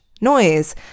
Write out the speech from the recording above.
noise